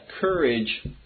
courage